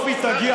בסוף היא תגיע,